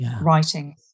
writing